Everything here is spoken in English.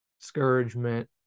discouragement